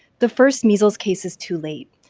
the first measles case is too late.